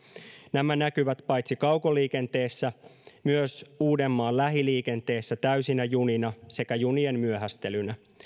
nämä näkyvät paitsi kaukoliikenteessä myös uudenmaan lähiliikenteessä täysinä junina sekä junien myöhästelynä